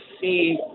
see